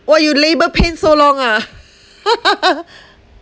!wah! you labour pain so long ah